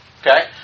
Okay